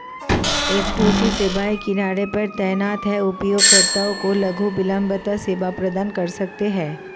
F two C सेवाएं किनारे पर तैनात हैं, उपयोगकर्ताओं को लघु विलंबता सेवा प्रदान कर सकते हैं